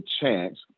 chance